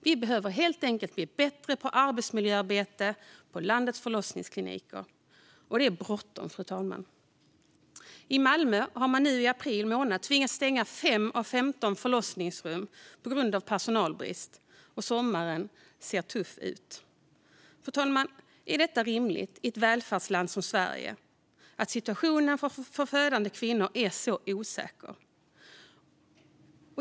Vi behöver helt enkelt bli bättre på arbetsmiljöarbete på landets förlossningskliniker. Och det är bråttom, fru talman. I Malmö har man nu i april månad tvingats stänga 5 av 15 förlossningsrum på grund av personalbrist, och sommaren ser tuff ut. Är det rimligt i ett välfärdsland som Sverige att situationen för födande kvinnor är så osäker?